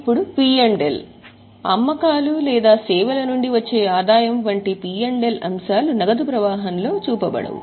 ఇప్పుడు పి మరియు ఎల్ అమ్మకాలు లేదా సేవల నుండి వచ్చే ఆదాయం వంటి పి ఎల్ అంశాలు నగదు ప్రవాహంలో చూపబడవు